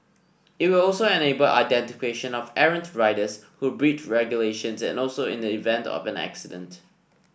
it will also enable identification of errant riders who breach regulations and also in the event of an accident